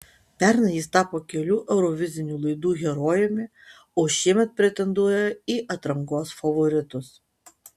pernai jis tapo kelių eurovizinių laidų herojumi o šiemet pretenduoja į atrankos favoritus